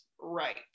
right